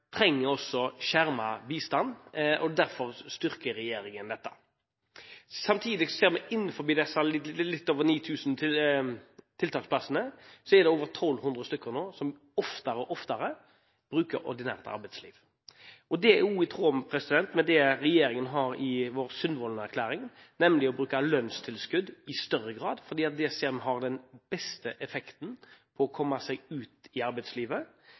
også skjermet bistand, og derfor styrker regjeringen dette. Samtidig ser vi at det innenfor disse litt over 9 000 tiltaksplassene er over 1 200 som oftere og oftere bruker ordinært arbeidsliv. Det er også i tråd med det som står i regjeringens Sundvolden-erklæring, nemlig å bruke lønnstilskudd i større grad, fordi vi ser at det har den beste effekten når det gjelder å komme seg ut i arbeidslivet.